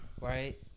Right